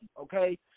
okay